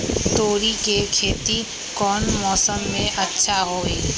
तोड़ी के खेती कौन मौसम में अच्छा होई?